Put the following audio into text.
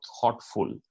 thoughtful